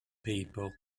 people